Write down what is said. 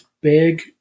big